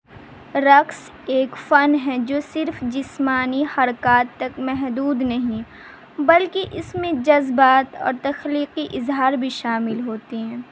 رقص ایک فن ہے جو صرف جسمانی حرکات تک محدود نہیں بلکہ اس میں جذبات اور تخلیقی اظہار بھی شامل ہوتی ہیں